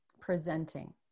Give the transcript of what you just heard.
presenting